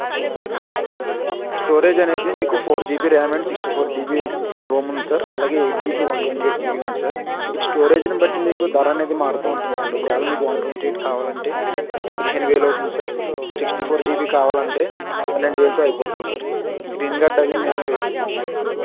storage అనేది మీకు four GB RAM and sixty four GB RAM ఉంది సార్ అలాగే eight GB one twenty eight GB ఉంది sir మీకు స్టోరేజ్ను బట్టి మీకు ధర అనేది మారుతు ఉంటుంది సార్ ఒకవేళ మీకు వన్ ట్వంటీ ఎయిట్ కావాలంటే పదిహేను వేలు అవుతుంది సార్ సిక్స్టీ ఫోర్ జీబి కావాలంటే పన్నెండు వేలుతో అయిపోతుంది సార్ స్క్రీన్ గార్డ్ అది మేము వేస్తున్నాం